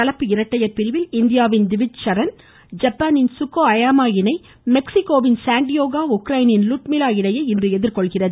French இந்தியாவின் திவிஜ் சரண் ஐப்பானின் Shuko Aoyama இணை மெக்ஸிகோவின் சாண்டியாகோ உக்ரைனின் லுட்மிலா இணையை இன்று எதிர்கொள்கிறது